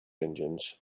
engines